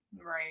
Right